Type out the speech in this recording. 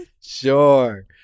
sure